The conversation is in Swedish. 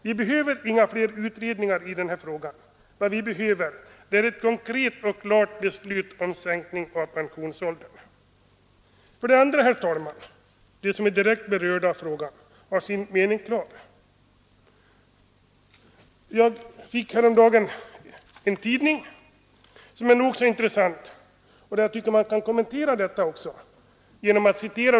Vi behöver inga fler utredningar i denna fråga; vad vi behöver är ett konkret beslut om sänkning av pensionsåldern. För det andra, herr talman, har de som är direkt berörda av frågan sin mening klar. Jag fick häromdagen en tidning som är nog så intressant.